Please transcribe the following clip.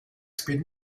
speed